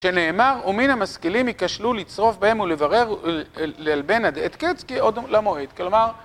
שנאמר, ומן המשכילים ייכשלו לצרוף בהם ולברר לאלבנד עד אין קץ כי עוד למועד. כלומר,